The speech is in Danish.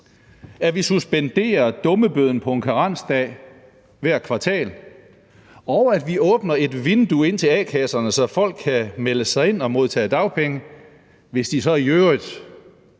at vi suspenderer dummebøden på en karensdag hvert kvartal; og at vi åbner et vindue ind til a-kasserne, så folk kan melde sig ind og modtage dagpenge, hvis de så i øvrigt